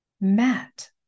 met